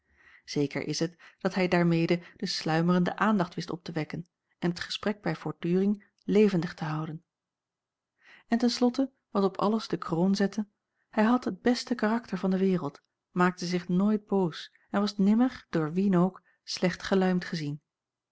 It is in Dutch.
zeker is het dat hij daarmede de sluimerende aandacht wist op te wekken en het gesprek bij voortduring levendig te houden en ten slotte wat op alles de kroon zette hij had het beste karakter van de wereld maakte zich nooit boos en was nimmer door wien ook slecht geluimd gezien